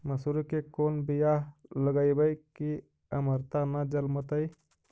मसुरी के कोन बियाह लगइबै की अमरता न जलमतइ?